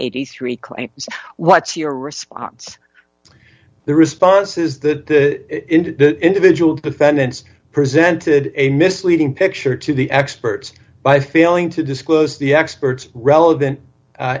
eighty three claims what's your response the response is that the individual defendants presented a misleading picture to the experts by failing to disclose the expert relevant